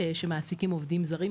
שמעסיקים עובדים זרים,